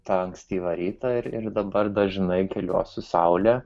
tą ankstyvą rytą ir ir dabar dažnai keliuos su saule